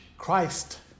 Christ